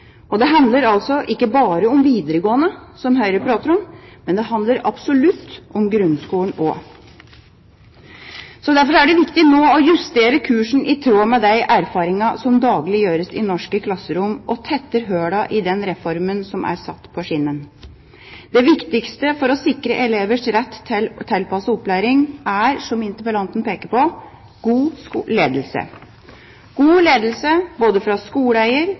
Det handler altså ikke bare om videregående skole, som Høyre prater om, men det handler absolutt også om grunnskolen. Derfor er det viktig nå å justere kursen i tråd med de erfaringene som daglig gjøres i norske klasserom, og tette hullene i den reformen som er satt på skinnene. Det viktigste for å sikre elevers rett til tilpasset opplæring er, som interpellanten peker på, god ledelse – god ledelse både fra skoleeier,